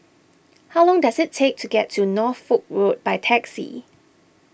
how long does it take to get to Norfolk Road by taxi